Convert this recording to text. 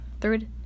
Third